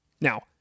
Now